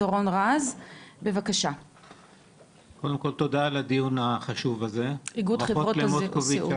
דורון רז מאיגוד חברות הסיעוד.